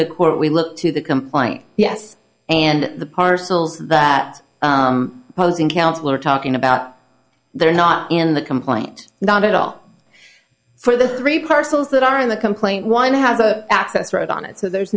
the court we look to the complaint yes and the parcels that posing council are talking about they're not in the complaint not at all for the three parcels that are in the complaint one has a access road on it so there's